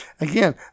Again